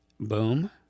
boom